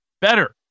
better